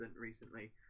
recently